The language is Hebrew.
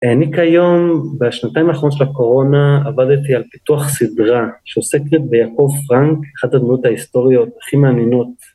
אני כיום, בשנתיים האחרונים של הקורונה, עבדתי על פיתוח סדרה שעוסקת ביעקב פראנק, אחת הדמיות ההיסטוריות הכי מעניינות.